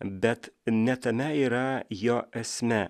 bet ne tame yra jo esmė